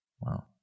Wow